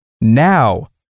now